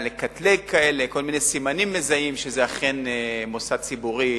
לקטלג, כל מיני סימנים מזהים שזה אכן מוסד ציבורי